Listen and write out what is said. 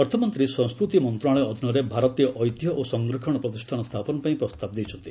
ଅର୍ଥମନ୍ତ୍ରୀ ସଂସ୍କୃତି ମନ୍ତ୍ରଣାଳୟ ଅଧୀନରେ ଭାରତୀୟ ଏବିତିହ୍ୟ ଓ ସଂରକ୍ଷଣ ପ୍ରତିଷ୍ଠାନ ସ୍ଥାପନ ପାଇଁ ପ୍ରସ୍ତାବ ଦେଇଛନ୍ତି